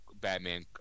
Batman